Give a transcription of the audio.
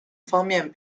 方面